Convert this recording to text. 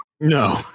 no